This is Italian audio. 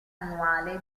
annuale